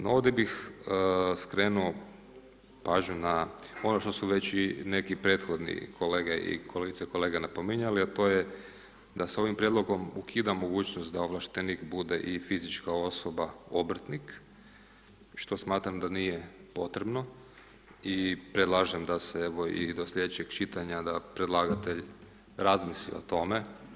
No ovdje bi skrenuo pažnju na ono što su već i neki prethodni kolege i kolegice napominjali a to je, da se ovim prijedlogom ukida mogućnost da ovlaštenik bude i fizička osoba obrtnik što smatram da nije potrebno i predlažem da se evo i do slijedećeg čitanja, da predlagatelj razmisli o tome.